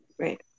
Right